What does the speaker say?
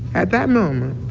at that moment,